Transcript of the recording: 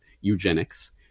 eugenics